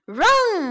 run